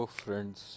friends